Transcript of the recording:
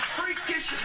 freakish